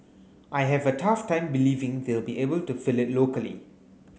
I have a tough time believing they'll be able to fill it locally